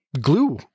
glue